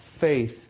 faith